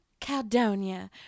Caldonia